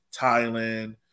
Thailand